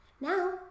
Now